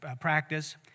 practice